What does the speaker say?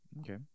okay